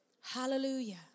Hallelujah